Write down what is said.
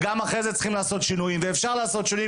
גם אחרי שהתקציב עובר צריכים ואפשר לעשות שינויים,